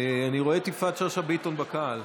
אני רואה את יפעת שאשא ביטון בקהל.